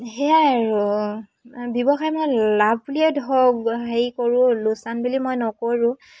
সেয়াই আৰু ব্যৱসায় মই লাভ বুলিয়ে হওক হেৰি কৰোঁ লোকচান বুলি মই নকৰোঁ